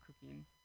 cooking